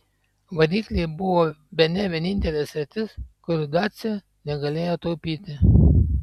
varikliai buvo bene vienintelė sritis kur dacia negalėjo taupyti